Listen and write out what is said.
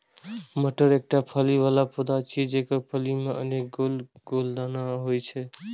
मटर एकटा फली बला पौधा छियै, जेकर फली मे अनेक गोल गोल दाना होइ छै